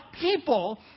people